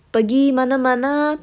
pergi mana-mana